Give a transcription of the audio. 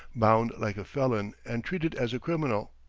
bound like a felon, and treated as a criminal.